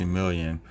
million